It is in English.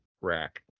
rack